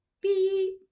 Beep